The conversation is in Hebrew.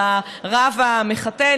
על הרב המחתן,